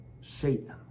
Satan